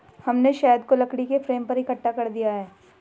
हमने शहद को लकड़ी के फ्रेम पर इकट्ठा कर दिया है